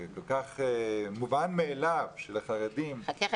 כל כך מובן מאליו שלחרדים אין מקום -- חכה,